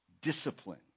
discipline